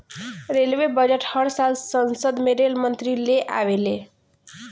railway budget हर साल संसद में रेल मंत्री ले आवेले ले